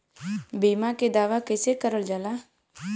बीमा के दावा कैसे करल जाला?